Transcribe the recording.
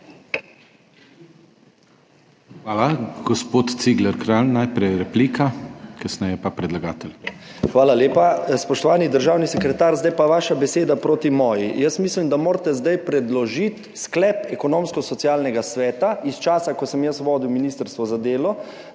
Hvala. Gospod Cigler Kralj, najprej replika, kasneje pa predlagatelj. **JANEZ CIGLER KRALJ (PS NSi):** Hvala lepa. Spoštovani državni sekretar, zdaj pa vaša beseda proti moji. Jaz mislim, da morate zdaj predložiti sklep Ekonomsko-socialnega sveta iz časa, ko sem jaz vodil Ministrstvo za delo,